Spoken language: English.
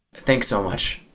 thanks so much.